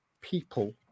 people